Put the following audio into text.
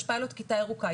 יש פיילוט כיתה ירוקה,